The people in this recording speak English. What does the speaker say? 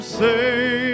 say